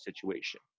situation